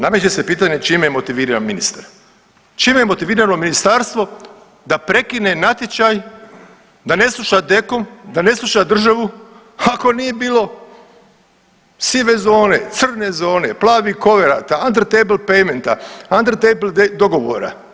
Nameće se pitanje čime je motiviran ministar, čime je motivirano ministarstvo da prekine natječaj, da ne sluša DKOM, da ne sluša državu, ako nije bilo sive zone, crne zone, plavih koverata, on the table payment-a on the table dogovora.